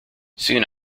soon